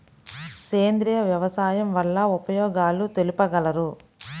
సేంద్రియ వ్యవసాయం వల్ల ఉపయోగాలు తెలుపగలరు?